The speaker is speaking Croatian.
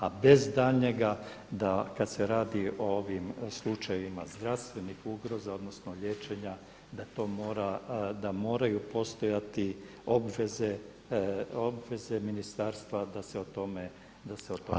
A bez daljnjega da kad se radi o ovim slučajevima zdravstvenih ugroza odnosno liječenja da moraju postojati obveze ministarstva da se o tome